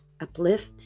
uplift